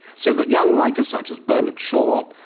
so that young writers such as bernard shaw,